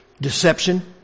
deception